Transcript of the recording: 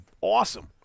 awesome